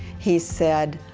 he said,